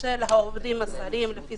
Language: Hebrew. של העובדים הזרים לפי